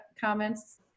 comments